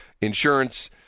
insurance